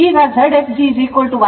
ಈಗ Zfg1Yfg ಆದ್ದರಿಂದ ಅದು 4